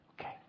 Okay